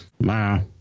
Wow